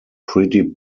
pretty